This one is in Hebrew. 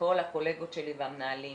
וכל הקולגות שלי והמנהלים